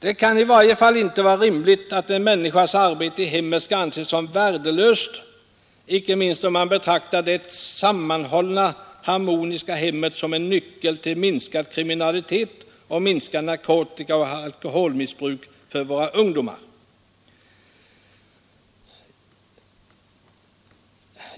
Det kan i varje fall inte vara rimligt att en människas arbete i hemmet skall anses som värdelöst, allra helst om man betraktar det sammanhållna harmoniska hemmet som en nyckel till minskad kriminalitet och minskat narkotikaoch alkoholmissbruk bland våra ungdomar.